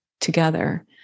together